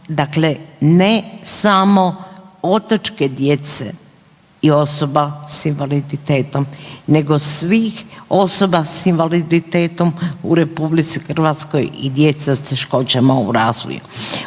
dakle ne samo otočke djece i osoba s invaliditetom nego svih osoba s invaliditetom u RH i djeca s teškoćama u razvoju.